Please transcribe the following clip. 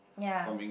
ya